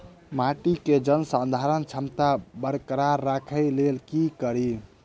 माटि केँ जलसंधारण क्षमता बरकरार राखै लेल की कड़ी?